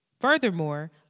furthermore